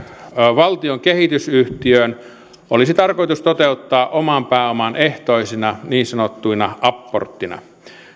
valtion kehitysyhtiöön olisi tarkoitus toteuttaa oman pääoman ehtoisina niin sanottuna apporttina